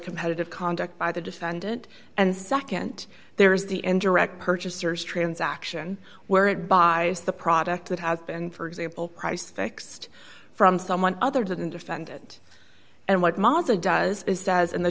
competitive conduct by the defendant and nd there is the end direct purchasers transaction where it buy the product that has been for example price fixed from someone other than defendant and what monson does is says in the